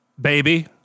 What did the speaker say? baby